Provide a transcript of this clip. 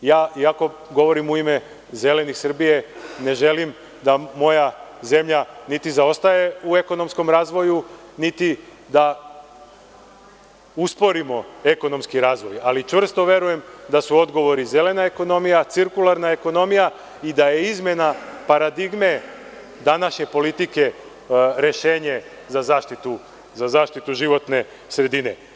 Iako govorim u ime Zelenih Srbije, ne želim da moja zemlja niti zaostaje u ekonomskom razvoju, niti da usporimo ekonomski razvoj, ali čvrsto verujem da su odgovori – zelena ekonomija, cirkularna ekonomija i da je izmena paradigme današnje politike rešenje za zaštitu životne sredine.